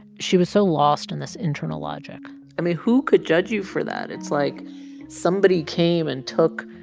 she was so lost in this internal logic i mean, who could judge you for that? it's like somebody came and took,